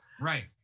Right